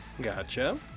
Gotcha